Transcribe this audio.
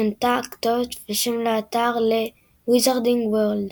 שונתה כתובת ושם האתר ל-wizarding world.